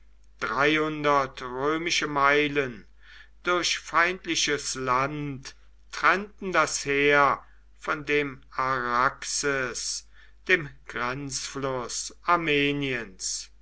römische meilen durch feindliches land trennten das heer von dem araxes dem grenzfluß armeniens